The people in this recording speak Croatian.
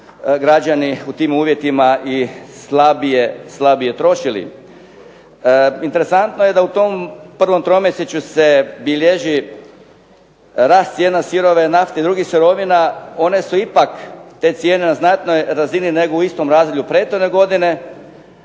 građani u tim uvjetima i slabije trošili. Interesantno je da u tom prvom tromjesečju se bilježi rast cijena sirove nafte i drugih sirovina. One su ipak, te cijene, na znatnoj razini nego u istom razdoblju prethodne godine.